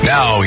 Now